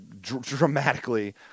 dramatically